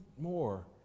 more